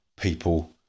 people